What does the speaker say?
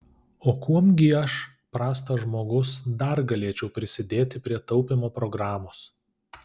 o kuom gi aš prastas žmogus dar galėčiau prisidėti prie taupymo programos